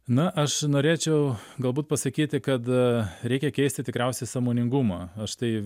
na aš norėčiau galbūt pasakyti kada reikia keisti tikriausiai sąmoningumą aš tai